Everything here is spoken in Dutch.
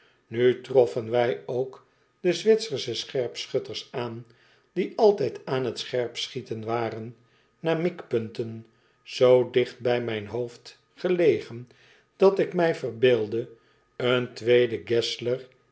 nu troffen wij ook dezwitsersche scherpschutters aan die altijd aan t scherpschieten waren naar mikpunten zoo dicht bij mijn hoofd gelegen dat ik mij verbeeldde een